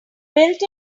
build